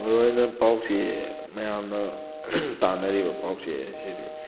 ꯃꯔꯨꯑꯣꯏꯅ ꯄꯥꯎꯆꯦ ꯃꯌꯥꯝꯅ ꯇꯥꯟꯅꯔꯤꯕ ꯄꯥꯎꯆꯦ ꯑꯁꯤꯗꯤ